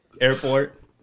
airport